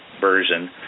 version